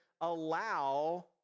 allow